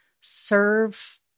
serve